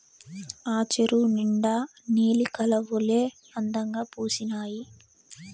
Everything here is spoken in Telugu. ఆ చెరువు నిండా నీలి కలవులే అందంగా పూసీనాయి